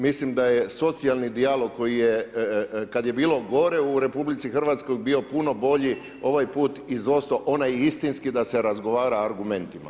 Mislim da je socijalni dijalog koji je, kad je bilo gore u RH, bio puno bolji, ovaj put izostao onaj istinski da se razgovara argumentima.